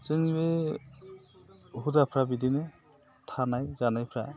जोंनि बे हुदाफ्रा बिदिनो थानाय जानायफ्रा